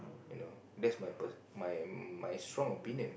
you know that's my per~ my my strong opinion